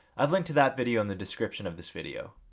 i've linked that video in the description of this video.